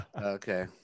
Okay